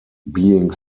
being